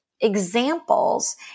examples